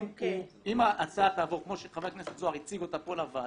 אם ההצעה תעבור כמו שחבר הכנסת זוהר הציג לוועדה,